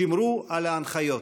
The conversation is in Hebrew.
שמרו על ההנחיות.